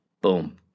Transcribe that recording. Boom